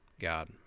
God